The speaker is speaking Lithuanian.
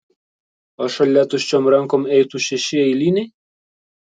o šalia tuščiom rankom eitų šeši eiliniai